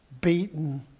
beaten